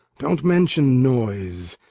don't mention noise.